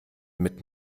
mit